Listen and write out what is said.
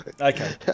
okay